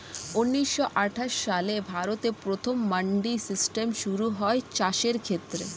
ঊন্নিশো আটাশ সালে ভারতে প্রথম মান্ডি সিস্টেম শুরু হয় চাষের ক্ষেত্রে